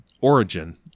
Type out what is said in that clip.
Origin